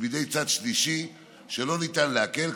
שבידי צד שלישי שלא ניתן לעקלם,